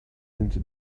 into